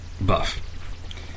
buff